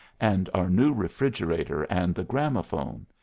and our new refrigerator and the gramophone!